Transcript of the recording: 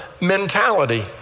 mentality